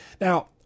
Now